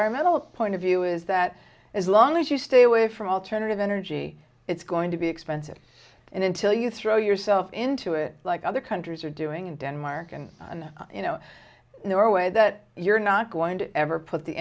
environmental point of view is that as long as you stay away from alternative energy it's going to be expensive and until you throw yourself into it like other countries are doing in denmark and you know there are way that you're not going to ever put the